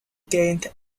keith